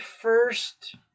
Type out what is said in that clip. first